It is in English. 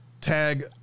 Tag